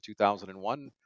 2001